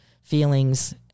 feelings